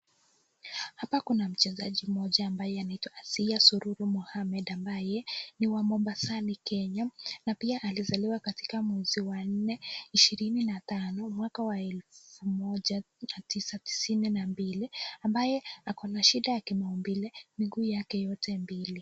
Hapa kuna mchezaji mmoja ambaye anaitwa Asiya Sururu Mohammed ambaye ni wa Mombasa nchini Kenya. Na pia alizaliwa katika mwezi wa nne 25 mwaka wa 1992. Ambaye ako na shida ya kimaumbile, miguu yake yote miwili.